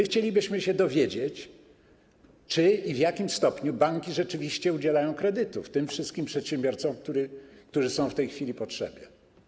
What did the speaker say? Chcielibyśmy się dowiedzieć, czy i w jakim stopniu banki rzeczywiście udzielają kredytów tym wszystkim przedsiębiorcom, którzy są w tej chwili w potrzebie.